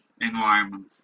environment